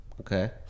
Okay